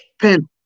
pen